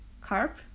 carp